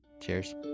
Cheers